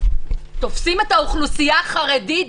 תופסים את האוכלוסייה החרדית,